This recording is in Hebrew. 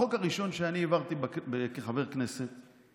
החוק הראשון שאני העברתי כחבר כנסת,